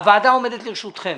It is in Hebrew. הוועדה עומדת לרשותכם.